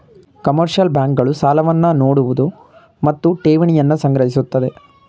commercial bank ಗಳು ಸಾಲವನ್ನು ನೋಡುವುದು ಮತ್ತು ಠೇವಣಿಯನ್ನು ಸಂಗ್ರಹಿಸುತ್ತದೆ